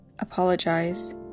apologize